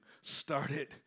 started